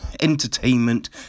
entertainment